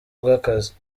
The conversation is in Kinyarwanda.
bw’akazi